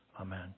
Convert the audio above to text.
Amen